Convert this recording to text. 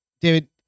David